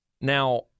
Now